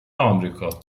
آمریکا